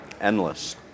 endless